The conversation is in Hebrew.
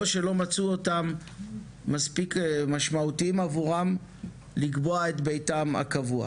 או שלא מצאו אותם מספיק משמעותיים עבורם לקבוע את ביתם הקבוע.